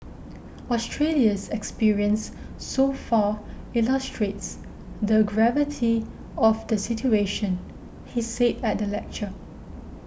Australia's experience so far illustrates the gravity of the situation he said at the lecture